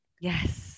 Yes